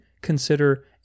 consider